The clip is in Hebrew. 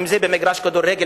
אם במגרש כדורגל,